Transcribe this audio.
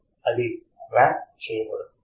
అది ర్యాంప్ చేయబడుతుంది